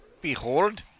Behold